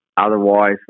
otherwise